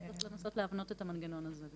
צריך לנסות להבנות את המנגנון הזה.